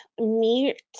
meet